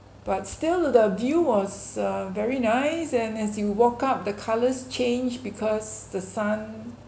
but still the view was uh very nice and as you walk up the colors changed because the sun